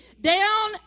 Down